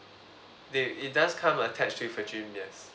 they it does come attached with a gym yes